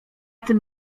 tym